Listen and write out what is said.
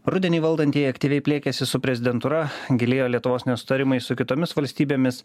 rudenį valdantieji aktyviai pliekėsi su prezidentūra gilėjo lietuvos nesutarimai su kitomis valstybėmis